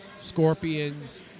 scorpions